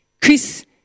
Chris